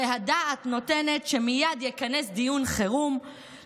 הרי הדעת נותנת שמייד יכנס דיון חירום,